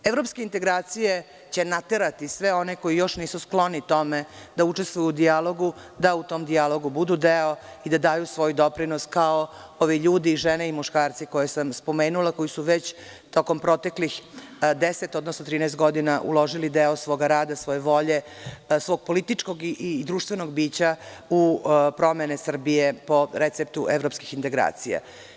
Evropske integracije će naterati sve one koji još uvek nisu skloni tome da učestvuju u dijalogu da u tom dijalogu budu deo i da daju svoj doprinos kao ovi ljudi, žene i muškarci koje sam spomenula, koji su tokom proteklih deset odnosno 13 godina uložili deo svoga rada, svoje volje, svog političkog i društvenog bića u promene Srbije po receptu evropskih integracija.